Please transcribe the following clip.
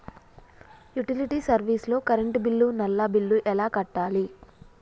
Utility service లో current bill, నల్లా bill ఎలా కట్టాలి?